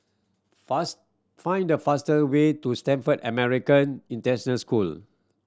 fast find the faster way to Stamford American International School